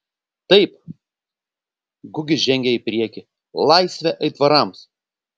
taip gugis žengė į priekį laisvę aitvarams